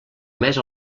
més